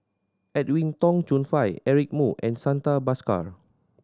Edwin Tong Chun Fai Eric Moo and Santha Bhaskar